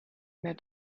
mehr